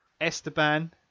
Esteban